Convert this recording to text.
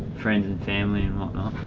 friends and family and whatnot.